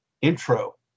intro